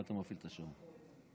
קודם כול אתחיל באיזו הערה קטנה למר מיקי